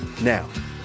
Now